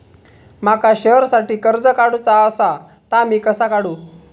माका शेअरसाठी कर्ज काढूचा असा ता मी कसा काढू?